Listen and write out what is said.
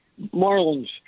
Marlins